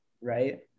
right